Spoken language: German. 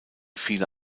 viele